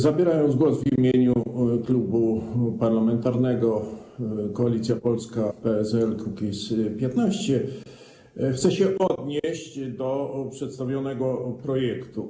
Zabierając głos w imieniu Klubu Parlamentarnego Koalicja Polska - PSL - Kukiz15, chcę się odnieść do przedstawionego projektu.